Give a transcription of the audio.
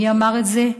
מי אמר את זה?